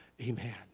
Amen